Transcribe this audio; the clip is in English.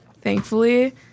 thankfully